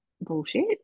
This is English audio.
bullshit